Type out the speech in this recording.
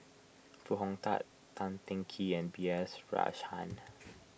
Foo Hong Tatt Tan Teng Kee and B S Rajhans